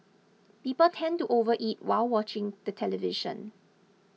people tend to overeat while watching the television